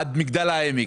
עד מגדל העמק,